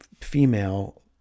female